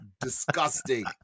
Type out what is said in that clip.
Disgusting